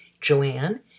Joanne